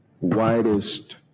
Widest